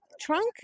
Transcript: trunk